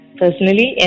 personally